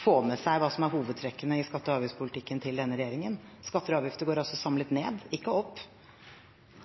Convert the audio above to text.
få med seg hva som er hovedtrekkene i skatte- og avgiftspolitikken til denne regjeringen. Skatter og avgifter går samlet sett ned – ikke opp.